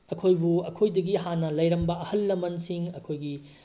ꯑꯩꯈꯣꯏꯕꯨ ꯑꯩꯈꯣꯏꯗꯒꯤ ꯍꯥꯟꯅ ꯂꯩꯔꯝꯕ ꯑꯍꯜ ꯂꯃꯟꯁꯤꯡ ꯑꯩꯈꯣꯏꯒꯤ